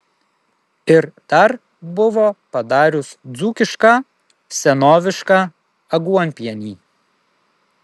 ir dar buvo padarius dzūkišką senovišką aguonpienį